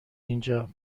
اینجا